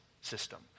system